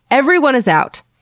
everyone is out!